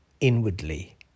inwardly